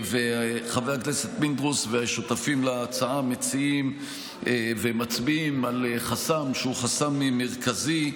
חבר הכנסת פינדרוס והשותפים להצעה מציעים ומצביעים על חסם מרכזי,